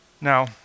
Now